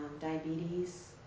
diabetes